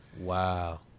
Wow